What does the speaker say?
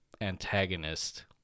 antagonist